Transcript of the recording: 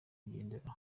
kugenderaho